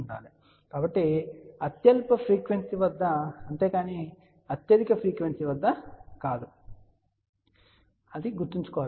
కాబట్టి ఇది అత్యల్ప ఫ్రీక్వెన్సీ వద్ద అంతేకానీ అత్యధిక ఫ్రీక్వెన్సీ వద్ద కాదు అని గుర్తుంచుకోండి